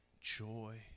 joy